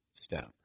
step